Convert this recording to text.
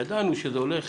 ידענו שזה הולך